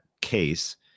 case